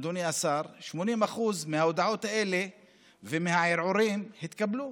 אדוני השר, מההודעות והערעורים התקבלו.